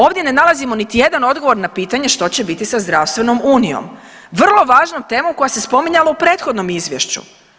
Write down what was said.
Ovdje ne nalazim niti jedan odgovor na pitanje što će biti sa zdravstvenom unijom, vrlo važna tema koja se spominjala u prethodnom izvješću.